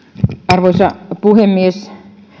arvoisa puhemies